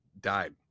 died